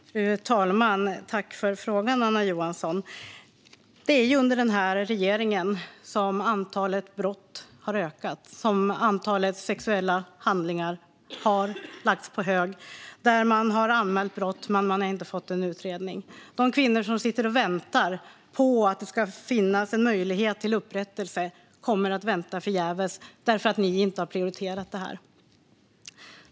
Fru talman! Tack för frågan, Anna Johansson! Det är under den här regeringen som antalet brott har ökat och handlingar om sexuella brott har lagts på hög. Man har anmält brott, men det har inte lett till någon utredning. De kvinnor som sitter och väntar på att det ska finnas en möjlighet till upprättelse kommer att vänta förgäves därför att ni inte har prioriterat det här.